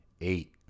Eight